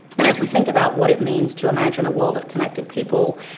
and as we think about what it means to imagine a world of connected people,